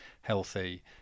healthy